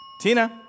Tina